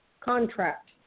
contract